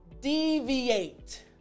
deviate